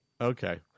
Okay